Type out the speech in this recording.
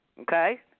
okay